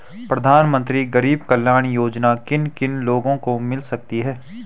प्रधानमंत्री गरीब कल्याण योजना किन किन लोगों को मिल सकती है?